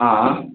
ஆ ஆ